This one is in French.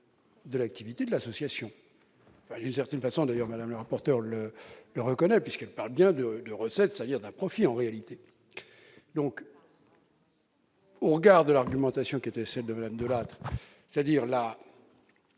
De l'activité de l'association, une certaine façon, d'ailleurs Madame le rapporteur le le reconnaît puisqu'elle parle bien de de recettes, c'est-à-dire d'un profit en réalité donc. Au regard de l'argumentation qui était celle de de, c'est-à-dire l'a